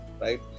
right